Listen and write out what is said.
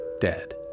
dead